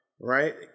right